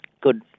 good